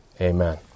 Amen